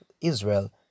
Israel